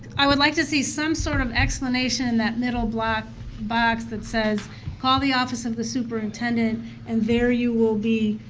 i would like to see some sort of explanation that middle box that says call the office of the superintendent and there you will be,